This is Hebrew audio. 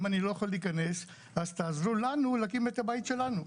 אם אני לא יכול להיכנס אז תעזרו לנו להקים את הבית שלנו,